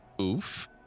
Oof